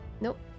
nope